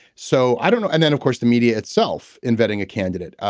so i don't know. and then of course the media itself in vetting a candidate.